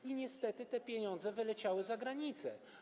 I niestety te pieniądze wyleciały za granicę.